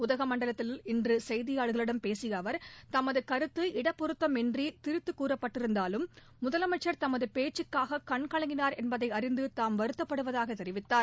உதகமண்டலத்தில் இன்று செய்தியாளர்களிடம் பேசிய அவர் தமது கருத்து இடப்பொருத்தம் இன்றி திரித்து கூறப்பட்டிருந்தாலும் முதலமைச்சர் தமது பேச்சுக்காக கண்கலங்கினார் என்பதை அறிந்து தாம் வருத்தப்படுவதாக தெரிவித்தார்